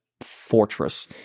fortress